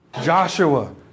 Joshua